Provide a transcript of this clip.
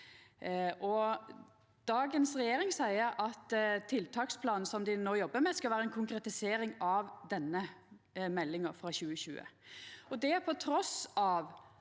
Dagens regjering seier at tiltaksplanen dei no jobbar med, skal vera ei konkretisering av denne meldinga frå 2020,